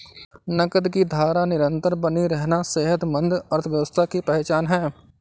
नकद की धारा निरंतर बनी रहना सेहतमंद अर्थव्यवस्था की पहचान है